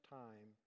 time